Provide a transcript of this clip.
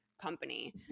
company